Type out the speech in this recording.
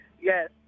Yes